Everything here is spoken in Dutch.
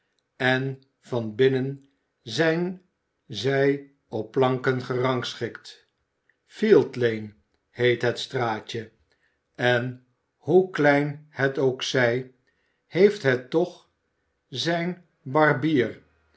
en van binnen zijn zij op planken gerangschikt field lane heet het straatje en hoe klein het ook zij heeft het toch zijn barbier